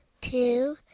two